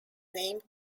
name